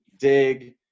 dig